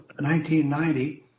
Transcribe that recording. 1990